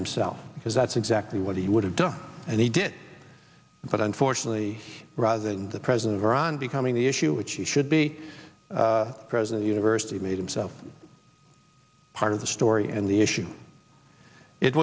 him self because that's exactly what he would have done and he did but unfortunately rather than the president of iran becoming the issue which he should be president university made himself part of the story and the issue it